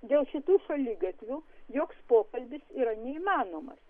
dėl šitų šaligatvių joks pokalbis yra neįmanomas